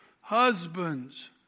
Husbands